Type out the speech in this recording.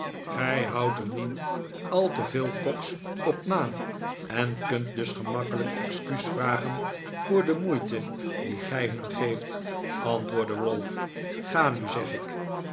gij houdt er niet al te veel koks op na en kunt dus gemakkelijk excuus vragen voor de moeite die gij hun geeft antwoordde ralph ga nu zeg ik